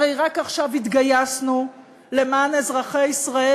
הרי רק עכשיו התגייסנו למען אזרחי ישראל,